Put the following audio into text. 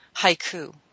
haiku